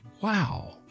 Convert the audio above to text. Wow